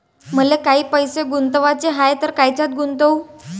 मले काही पैसे गुंतवाचे हाय तर कायच्यात गुंतवू?